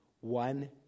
one